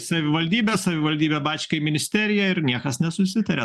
savivaldybė savivaldybė bačką į ministeriją ir niekas nesusitaria